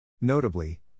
Notably